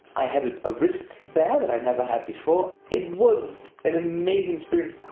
i had a wrist there that i never had before. it was an amazing experience.